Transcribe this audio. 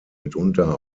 mitunter